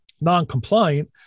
non-compliant